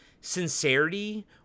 sincerity